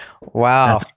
Wow